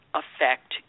affect